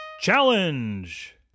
Challenge